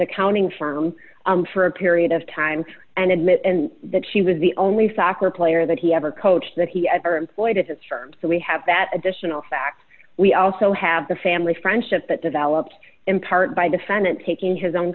accounting firm for a period of time and admit that she was the only soccer player that he ever coached that he ever employed at his firm so we have that additional fact we also have the family friendship that developed in part by defendant taking his own